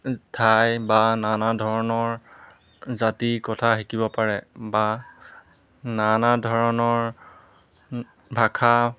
ঠাই বা নানা ধৰণৰ জাতিৰ কথা শিকিব পাৰে বা নানা ধৰণৰ ভাষা